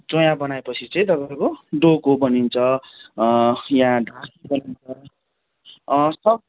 चोया बनाएपछि चाहिँ तपाईँहरूको डोको बनिन्छ यहाँ ढाकी बनिन्छ सब